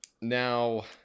now